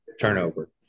turnover